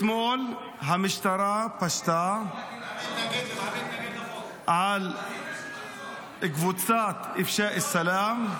אתמול המשטרה פשטה על קבוצת אפשאא אל-סלאם,